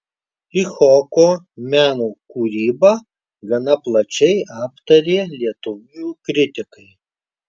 icchoko mero kūrybą gana plačiai aptarė lietuvių kritikai